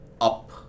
Up